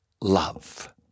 love